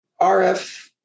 RF